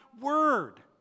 word